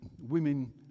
women